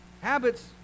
Habits